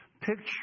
picture